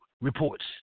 reports